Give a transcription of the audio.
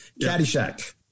Caddyshack